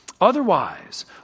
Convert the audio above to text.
Otherwise